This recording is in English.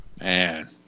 Man